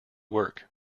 work